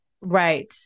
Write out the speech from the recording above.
Right